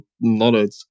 knowledge